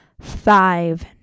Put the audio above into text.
five